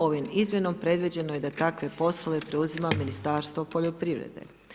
Ovom izmjenom predviđeno je da takve poslove preuzima Ministarstvo poljoprivrede.